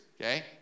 okay